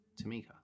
tamika